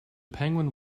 penguin